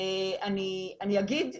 אני אגיד שעדיין,